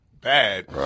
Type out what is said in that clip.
bad